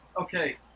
Okay